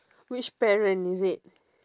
which parent is it